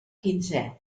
quinzè